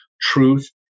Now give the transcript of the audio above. truth